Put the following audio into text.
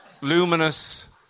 Luminous